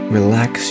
Relax